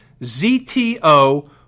ZTO